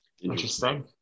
Interesting